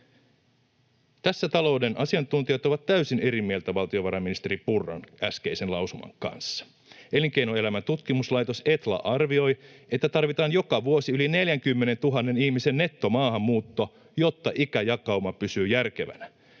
Tässä talouden asiantuntijat ovat täysin eri mieltä valtiovarainministeri Purran äskeisen lausuman kanssa. Elinkeinoelämän tutkimuslaitos, Etla, arvioi, että tarvitaan joka vuosi yli 40 000 ihmisen nettomaahanmuutto, jotta ikäjakauma pysyy järkevänä.